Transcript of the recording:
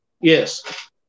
Yes